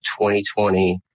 2020